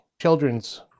Children's